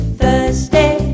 Thursday